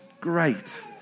Great